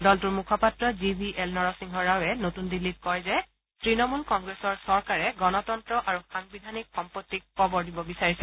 দলটোৰ মুখপাত্ৰ G V L Narasimha ৰাওৱে নতুন দিল্লীত কয় যে ত়ণমূল কংগ্ৰেছৰ চৰকাৰে গণতন্ত্ৰ আৰু সাংবিধানিক সম্পত্তিক কবৰ দিব বিচাৰিছে